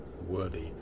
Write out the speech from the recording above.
worthy